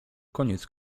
koniec